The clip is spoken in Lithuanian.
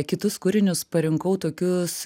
kitus kūrinius parinkau tokius